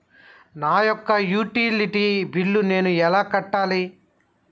నా యొక్క utility bill నేను ఎలా కట్టాలి?